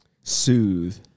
soothe